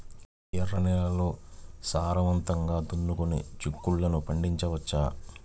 ఎర్ర నేలల్లో సారవంతంగా దున్నుకొని చిక్కుళ్ళు పండించవచ్చు